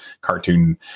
cartoon